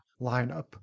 lineup